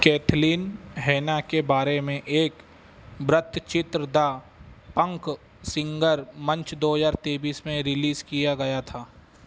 Kathleen Hanna के बारे में एक वृत्तचित्र द पंक सिंगर मंच दो हज़ार तेईस में रिलीज़ किया गया था